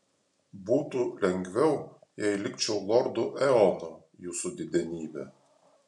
būtų lengviau jei likčiau lordu eonu jūsų didenybe